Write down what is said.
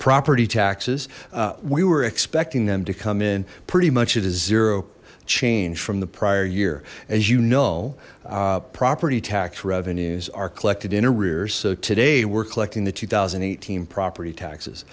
property taxes we were expecting them to come in pretty much at a zero change from the prior year as you know property tax revenues are collected in arrears so today we're collecting the two thousand and eighteen property taxes